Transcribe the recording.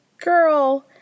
girl